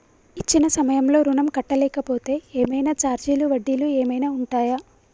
ఇచ్చిన సమయంలో ఋణం కట్టలేకపోతే ఏమైనా ఛార్జీలు వడ్డీలు ఏమైనా ఉంటయా?